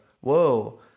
whoa